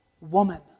woman